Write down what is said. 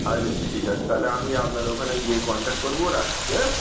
আচ্ছা ঠিক আছে তাহলে আমি আপনার ওখানে গিয়ে কন্ট্যাক করবো রাখছি হ্যাঁ